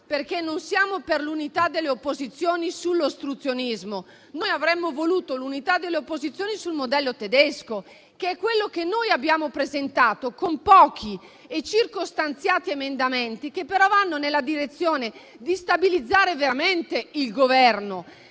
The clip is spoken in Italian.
perché non siamo per l'unità delle opposizioni sull'ostruzionismo, avremmo voluto però l'unità delle opposizioni sul modello tedesco, che è quello che abbiamo presentato con pochi e circostanziati emendamenti che però vanno nella direzione di stabilizzare veramente il Governo.